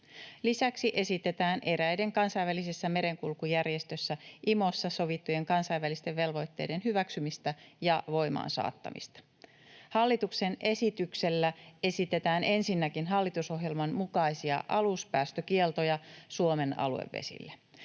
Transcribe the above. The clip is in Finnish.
Lisäksi esitetään eräiden Kansainvälisessä merenkulkujärjestössä, IMOssa, sovittujen kansainvälisten velvoitteiden hyväksymistä ja voimaansaattamista. Hallituksen esityksellä esitetään ensinnäkin hallitusohjelman mukaisia aluspäästökieltoja Suomen aluevesillä.